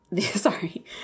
Sorry